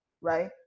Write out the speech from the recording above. right